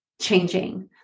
changing